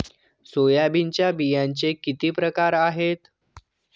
सोयाबीनच्या बियांचे किती प्रकार आहेत?